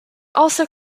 also